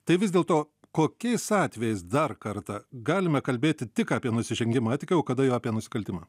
tai vis dėl to kokiais atvejais dar kartą galime kalbėti tik apie nusižengimą etikai o kada apie nusikaltimą